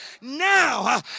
now